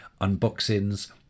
Unboxings